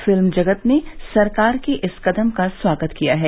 film जगत ने सरकार के इस कदम का स्वागत किया है